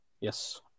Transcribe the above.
Yes